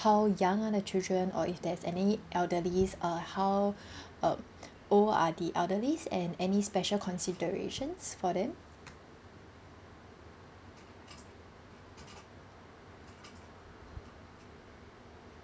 how young are the children or if there's any elderlies uh how um old are the elderlies and any special considerations for them